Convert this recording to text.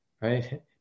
Right